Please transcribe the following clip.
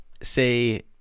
say